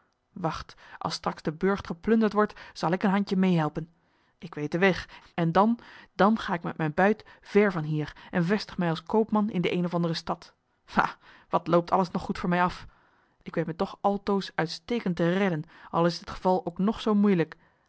wacht als straks de burcht geplunderd wordt zal ik een handje meêhelpen ik weet den weg en dan dan ga ik met mijn buit ver van hier en vestig mij als koopman in de eene of andere stad ha wat loopt alles nog goed voor mij af ik weet me toch altoos uitstekend te redden al is het geval ook nog zoo moeilijk